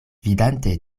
vidante